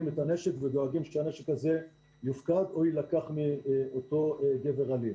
את הנשק ודואגים שהנשק הזה יופקד או יילקח מאותו גבר אלים.